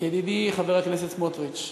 ידידי חבר הכנסת סמוטריץ,